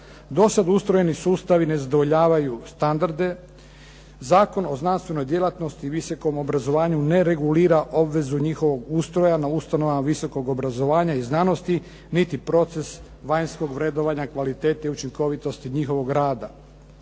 Do sad ustrojeni sustavi ne zadovoljavaju standarde, Zakon o znanstvenoj djelatnosti i visokom obrazovanju ne regulira obvezu njihovog ustroja na ustanovama visokog obrazovanja i znanosti, niti proces vanjskog vrednovanja kvalitete i učinkovitosti njihovog rada.